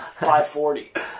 540